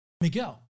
Miguel